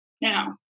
Now